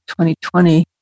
2020